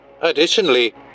Additionally